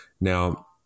Now